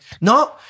No